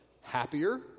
happier